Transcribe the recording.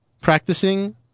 practicing